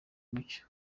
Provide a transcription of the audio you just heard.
umucyo